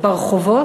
ברחובות.